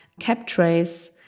CapTrace